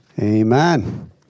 Amen